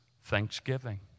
thanksgiving